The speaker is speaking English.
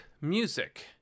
music